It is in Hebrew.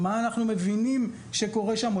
מה אנחנו מבינים שקורה שם,